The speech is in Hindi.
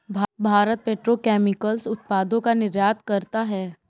भारत पेट्रो केमिकल्स उत्पादों का निर्यात करता है